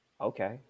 okay